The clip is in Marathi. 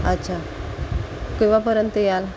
अच्छा केव्हापर्यंत याल